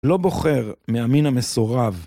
לא בוחר מהמין המסורב